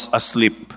asleep